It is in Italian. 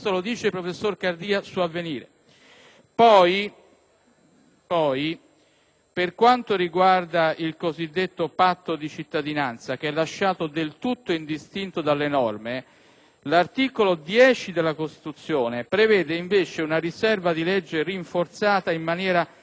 Per quanto riguarda il cosiddetto patto di cittadinanza, che è lasciato del tutto indistinto dalle norme, l'articolo 10 della Costituzione prevede invece una riserva di legge rinforzata in maniera assolutamente garantistica. Tale articolo prevede